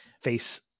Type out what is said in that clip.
face